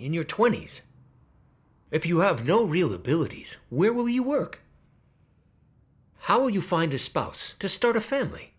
in your twenties if you have no real abilities where will you work how will you find a spouse to start a family